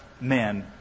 men